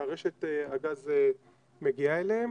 שרשת הגז מגיעה אליהם.